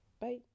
Bye